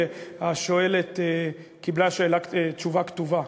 שהשואלת קיבלה תשובה כתובה,